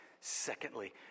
Secondly